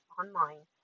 online